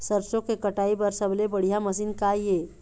सरसों के कटाई बर सबले बढ़िया मशीन का ये?